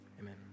Amen